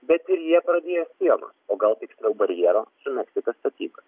bet ir jie pradėjo sienos o gal tiksliau barjero su meksika statybas